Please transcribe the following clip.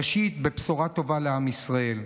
ראשית, בבשורה טובה לעם ישראל.